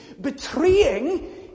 betraying